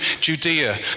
Judea